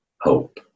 hope